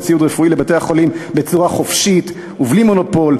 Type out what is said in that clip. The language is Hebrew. וציוד רפואי לבתי-החולים בצורה חופשית ובלי מונופול,